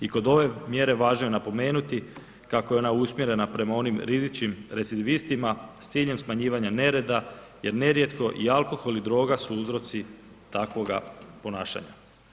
I kod ove mjere važno je napomenuti kako je ona usmjerena prema onim rizičnim recidivistima s ciljem smanjivanja nereda jer nerijetko i alkohol i droga su uzroci takvoga ponašanja.